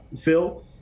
Phil